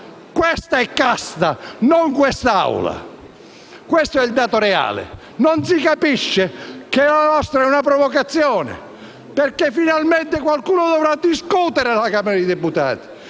Quella è la casta, non quest'Assemblea! Questo è il dato reale. Non si capisce che la nostra è una provocazione, perché finalmente qualcuno dovrà discutere alla Camera dei deputati